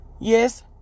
Yes